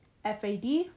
FAD